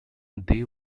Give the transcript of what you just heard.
they